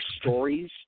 stories